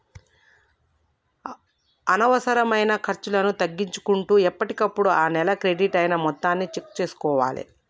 అనవసరమైన ఖర్చులను తగ్గించుకుంటూ ఎప్పటికప్పుడు ఆ నెల క్రెడిట్ అయిన మొత్తాలను చెక్ చేసుకోవాలే